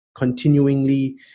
continuingly